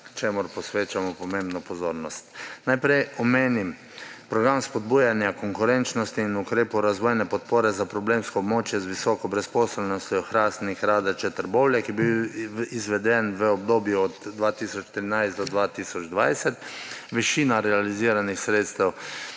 čemur posvečamo pomembno pozornost. Najprej omenim program spodbujanja konkurenčnosti in ukrepov razvojne podpore za problemsko območje z visoko brezposelnostjo Hrastnik, Radeče in Trbovlje, ki je bil izveden v obdobju od 2013 do 2020. Višina realiziranih sredstev